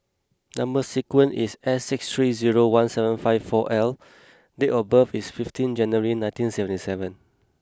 number sequence is S six three zero one seven five four L date of birth is fifteen January nineteen seventy seven